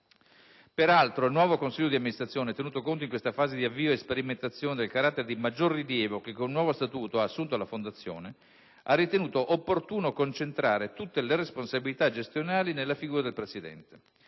Peraltro, il nuovo consiglio di amministrazione, tenuto conto in questa fase di avvio e sperimentazione del carattere di maggior rilievo che, con il nuovo Statuto, ha assunto la Fondazione, ha ritenuto opportuno concentrare tutte le responsabilità gestionali nella figura di Presidente.